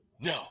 No